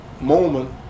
moment